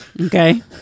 okay